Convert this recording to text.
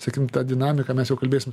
sakykim ta dinamika mes jau kalbėsim